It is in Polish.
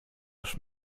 już